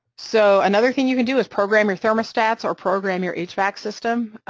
so another thing you can do is program your thermostats or program your hvac system,